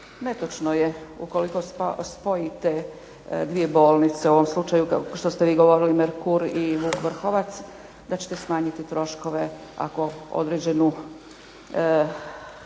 netočno je ukoliko spojite dvije bolnice u ovom slučaju što ste vi govorili Merkur i Vuk Vrhovac da ćete smanjiti troškove ako određenu